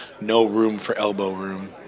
no-room-for-elbow-room